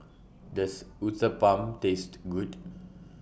Does Uthapam tasted Good